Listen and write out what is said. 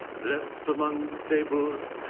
blessed among stables,